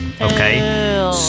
Okay